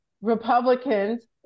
Republicans